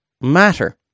matter